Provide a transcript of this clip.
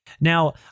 Now